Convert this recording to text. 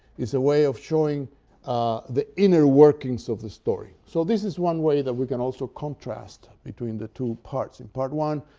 is a way of showing the inner workings of the story, so this is one way that we can also contrast between the two parts. in part i,